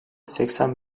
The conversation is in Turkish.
seksen